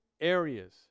areas